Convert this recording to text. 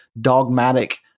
dogmatic